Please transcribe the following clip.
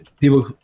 people